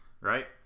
right